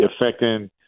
affecting